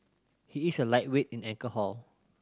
he is a lightweight in alcohol